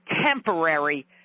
temporary